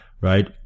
right